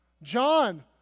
John